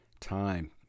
time